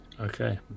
Okay